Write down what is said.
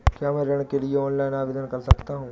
क्या मैं ऋण के लिए ऑनलाइन आवेदन कर सकता हूँ?